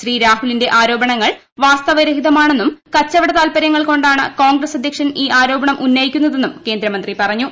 ശ്രീരാഹുലിന്റെ ആരോപണങ്ങൾ വാസ്തവരഹിതമാണ്ണിും കച്ചവട താൽപ്പരൃങ്ങൾ കൊണ്ടാണ് കോൺഗ്രസ് അധ്യക്ഷൻ ഈ ആരോപണം ഉന്നയിക്കുന്നതെന്നും കേന്ദ്രമന്ത്രി പറഞ്ഞു